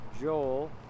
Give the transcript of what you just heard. Joel